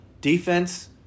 Defense